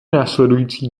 následující